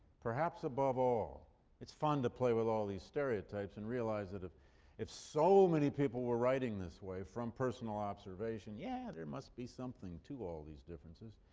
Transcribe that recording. perhaps above all it's fun to play with all these stereotypes and realize that if if so many people were writing this way, from personal observation, yes, yeah there must be something to all these differences.